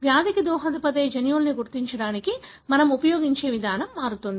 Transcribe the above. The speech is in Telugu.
వ్యాధికి దోహదపడే జన్యువులను గుర్తించడానికి మనము ఉపయోగించే విధానం మారుతుంది